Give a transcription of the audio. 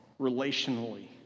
relationally